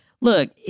look